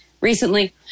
recently